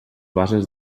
bases